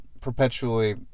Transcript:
perpetually